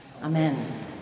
Amen